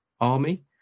army